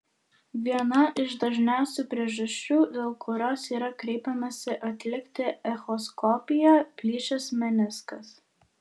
viena iš dažniausių priežasčių dėl kurios yra kreipiamasi atlikti echoskopiją plyšęs meniskas